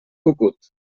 cucut